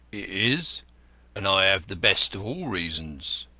is and i have the best of all reasons.